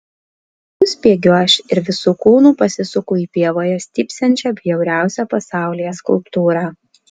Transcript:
suspiegiu aš ir visu kūnu pasisuku į pievoje stypsančią bjauriausią pasaulyje skulptūrą